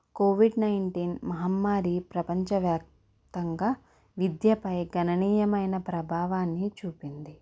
Covid nineteen మహమ్మారి ప్రపంచవ్యాప్తంగా విద్యపై గణనీయమైన ప్రభావాన్ని చూపింది